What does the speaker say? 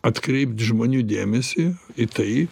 atkreipt žmonių dėmesį į tai